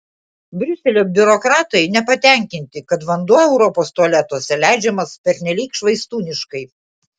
briuselio biurokratai nepatenkinti kad vanduo europos tualetuose leidžiamas pernelyg švaistūniškai